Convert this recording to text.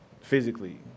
physically